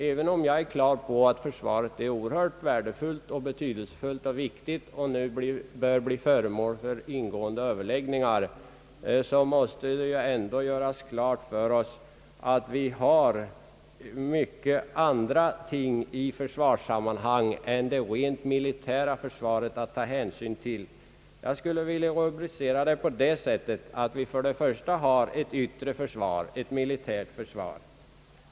Även om jag är på det klara med att försvaret är synnerligen värdefullt och viktigt och nu bör bli föremål för ingående överläggningar, måste vi göra klart för oss att det finns många andra faktorer i försvarssammanhanget än det rent militära försvaret att ta hänsyn till. Jag skulle för min del vilja beskriva situationen på följande sätt. Först har vi det yttre militära försvaret.